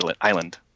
island